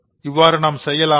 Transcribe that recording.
இவ்வாறு நாம் செய்யலாமா